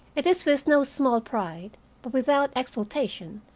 it is with no small pride but without exultation,